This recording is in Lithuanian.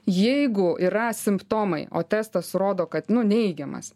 jeigu yra simptomai o testas rodo kad nu neigiamas